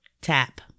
tap